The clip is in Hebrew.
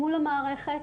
מול המערכת,